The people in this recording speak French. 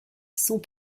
sont